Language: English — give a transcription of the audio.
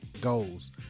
goals